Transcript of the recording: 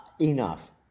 Enough